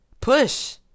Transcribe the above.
Push